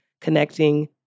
connecting